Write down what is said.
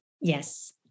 Yes